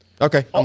Okay